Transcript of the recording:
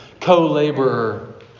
co-laborer